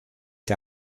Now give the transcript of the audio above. der